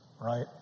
right